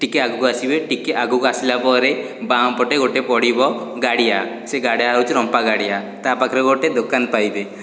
ଟିକେ ଆଗକୁ ଆସିବେ ଟିକେ ଆଗକୁ ଆସିଲା ପରେ ବାଁ ପଟେ ଗୋଟେ ପଡ଼ିବ ଗାଡ଼ିଆ ସେ ଗାଡ଼ିଆ ହେଉଛି ରମ୍ପା ଗାଡ଼ିଆ ତା ପାଖରେ ଗୋଟେ ଦୋକାନ ପାଇବେ